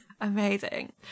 Amazing